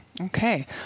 Okay